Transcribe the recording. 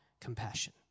compassion